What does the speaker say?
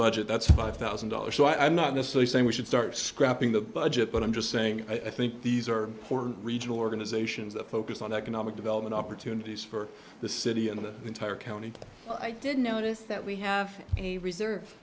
budget that's five thousand dollars so i'm not this way saying we should start scrapping the budget but i'm just saying i think these are regional organizations that focus on economic development opportunities for the city and the entire county i didn't notice that we have a reserve